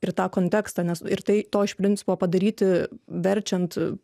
ir tą kontekstą nes ir tai to iš principo padaryti verčiant